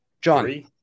John